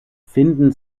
finden